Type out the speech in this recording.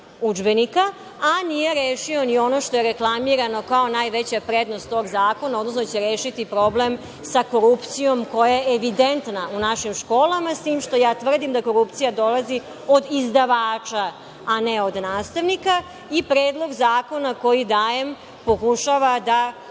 udžbenika, a nije rešio ni ono što je reklamirano kao najveća prednost tog zakona tj. da će rešiti problem sa korupcijom koja je evidentna u našim školama, s tim što ja tvrdim da korupcija dolazi od izdavača, a ne od nastavnika. Predlog zakona koji dajem pokušava da